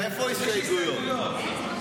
מאיפה ההסתייגויות?